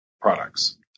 products